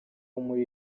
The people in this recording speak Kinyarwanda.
muri